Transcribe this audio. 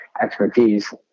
expertise